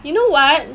you know what